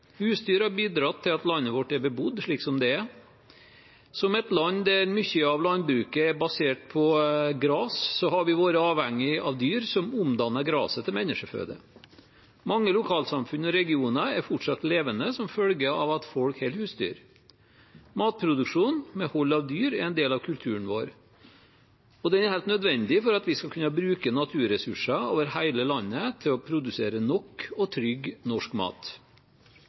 har bidratt til at landet vårt er bebodd slik det er. Som et land der mye av landbruket er basert på gras, har vi vært avhengige av dyr som omdanner gras til menneskeføde. Mange lokalsamfunn og regioner er fortsatt levende som følge av at folk har husdyr. Matproduksjon med dyrehold er en del av kulturen vår, og det er helt nødvendig for at vi skal kunne bruke naturressurser over hele landet til å produsere nok og trygg norsk mat.